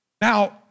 Now